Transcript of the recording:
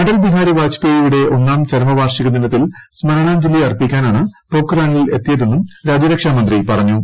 അടൽ ബിഹാരി വാജ്പേയുടെ ഒന്നാം ചരമ വാർഷിക ദിനത്തിൽ സ്മരണാഞ്ജലി അർപ്പിക്കാനാണ് പൊക്രാനിൽ എത്തിയതെന്നും രാജ്യരക്ഷാ മന്ത്രി പറഞ്ഞു